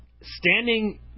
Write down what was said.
standing